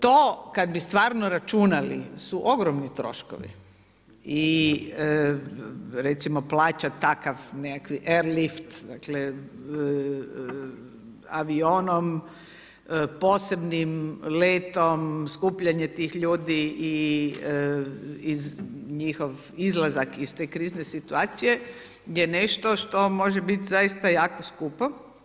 To kad bi stvarno računali su ogromni troškovi i recimo plaćati takav nekakvi airlift, dakle avionom posebnim letom, skupljanje tih ljudi i njihov izlazak iz krizne situacije je nešto što može bit zaista jako skupo.